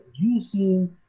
using